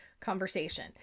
conversation